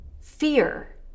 fear